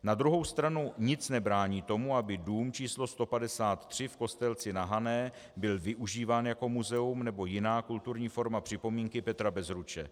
Na druhou stranu nic nebrání tomu, aby dům číslo 153 v Kostelci na Hané byl využíván jako muzeum nebo jiná kulturní forma připomínky Petra Bezruče.